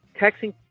texting